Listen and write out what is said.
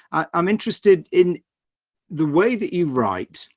i'm interested in the way that you've, right.